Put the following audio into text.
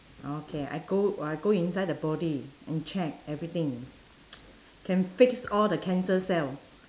okay I go uh I go inside the body and check everything can fix all the cancer cell